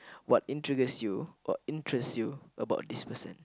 what in triggers you or interest you about this person